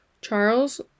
Charles